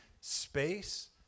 space